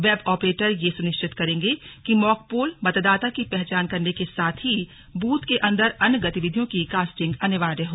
web operator यह सुनिश्चित करेंगे की मॉक पोल मतदाता की पहचान करने के साथ ही बूथ के अंदर अन्य गतिविधियों की कास्टिंग अनिवार्य हो